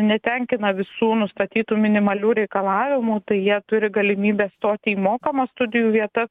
netenkina visų nustatytų minimalių reikalavimų tai jie turi galimybę stoti į mokamas studijų vietas